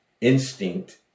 instinct